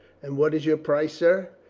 and what is your price, sir?